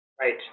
Right